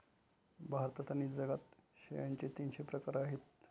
भारतात आणि जगात शेळ्यांचे तीनशे प्रकार आहेत